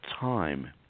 time